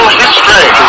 history